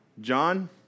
John